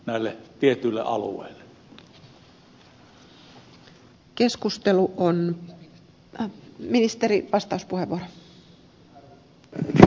tälle tietty vain kertaalleen annetaan näille tietyille alueille